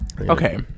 okay